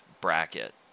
bracket